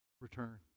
return